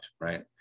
right